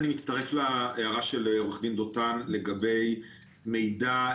אני אצטרף להערה של עו"ד דותן לגבי מידע.